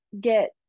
get